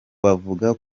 bavuga